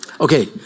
Okay